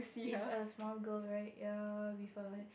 is a small girl right ya with a